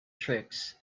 tricks